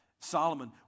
Solomon